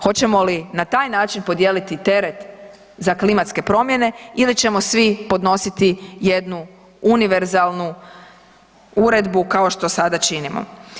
Hoćemo li na taj način podijeliti teret za klimatske promjene ili ćemo svi podnositi jednu univerzalnu uredbu kao što sada činimo?